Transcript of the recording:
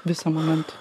visa manant